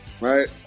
right